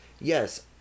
Yes